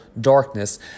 darkness